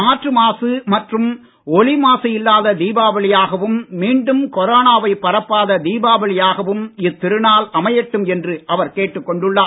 காற்று மாசு மற்றும் ஒலி மாசு இல்லாத தீபாவளியாகவும் மீண்டும் கொரோனாவைப் பரப்பாத தீபாவளியாகவும் இத்திருநாள் அமையட்டும் என்று அவர் கேட்டுக் கொண்டுள்ளார்